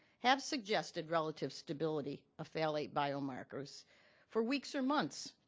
have suggested relative stability of phthalate biomarkers for weeks or months,